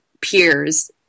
peers